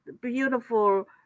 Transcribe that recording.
beautiful